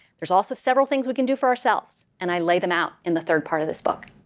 there's also several things we can do for ourselves, and i lay them out in the third part of this book.